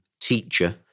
teacher